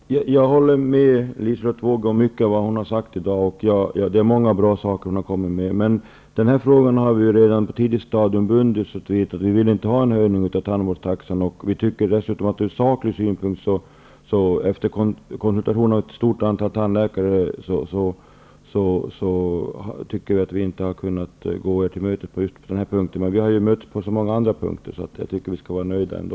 Fru talman! Jag håller med om mycket av det som Liselotte Wågö har anfört här i dag. Hon har sagt många bra saker, men i den här frågan har vi bundit oss redan på ett tidigt stadium. Vi vill inte ha en höjning av tandvårdstaxan. Vi tycker dessutom rent sakligt, efter konsultation av ett stort antal tandläkare, att vi inte har kunnat gå er till mötes på denna punkt. Men vi har ju kommit överens på så många andra punkter att jag tycker att vi kan vara nöjda ändå.